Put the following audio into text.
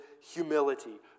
humility